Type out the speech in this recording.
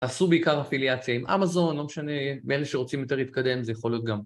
תעשו בעיקר אפיליאציה עם אמזון, לא משנה, מאלה שרוצים יותר להתקדם זה יכול להיות גם.